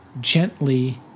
gently